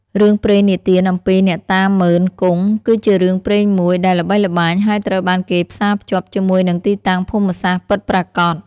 រឿងព្រេងនិទានអំពី អ្នកតាម៉ឺន-គង់ គឺជារឿងព្រេងមួយដែលល្បីល្បាញ ហើយត្រូវបានគេផ្សារភ្ជាប់ជាមួយនឹងទីតាំងភូមិសាស្ត្រពិតប្រាកដ។